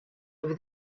over